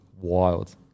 wild